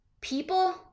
people